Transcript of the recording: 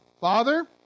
father